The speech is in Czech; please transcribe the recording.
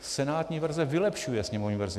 Senátní verze vylepšuje sněmovní verzi.